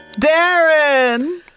Darren